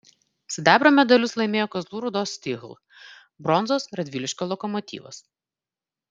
sidabro medalius laimėjo kazlų rūdos stihl bronzos radviliškio lokomotyvas